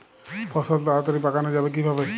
ফসল তাড়াতাড়ি পাকানো যাবে কিভাবে?